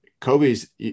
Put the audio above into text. Kobe's